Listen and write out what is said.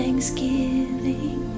Thanksgiving